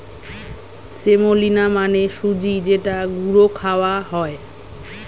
semolina মানে সুজি যেটা গুঁড়ো খাওয়া হয়